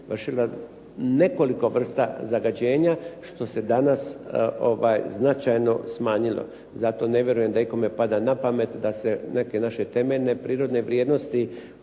… nekoliko vrsta zagađenja, što se danas značajno smanjilo. Zato ne vjerujem da ikome pada na pamet da se neke naše temeljne prirodne vrijednosti